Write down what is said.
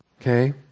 Okay